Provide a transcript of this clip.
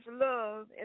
love